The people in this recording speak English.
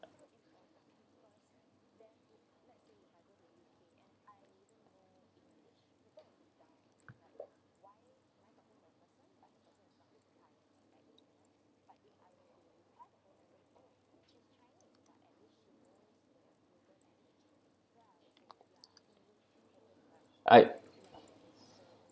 I